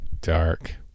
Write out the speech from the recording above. dark